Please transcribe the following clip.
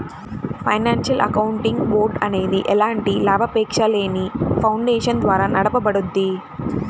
financial accounting board అనేది ఎలాంటి లాభాపేక్షలేని ఫౌండేషన్ ద్వారా నడపబడుద్ది